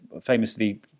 famously